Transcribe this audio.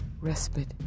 Respite